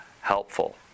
helpful